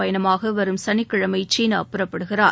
பயணமாக வரும் சனிக்கிழமை சீனா புறப்படுகிறார்